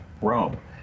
Rome